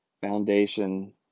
Foundation